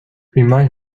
remind